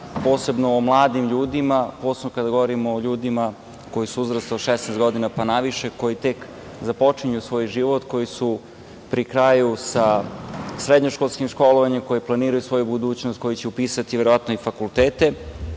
posebno o mladim ljudima, posebno kada govorimo o ljudima koji su uzrasta od 16 godina pa naviše, koji tek započinju svoj život, koji su pri kraju sa srednjoškolskim školovanjem, koji planiraju svoju budućnost, koji će upisati verovatno fakultete